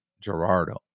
Gerardo